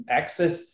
access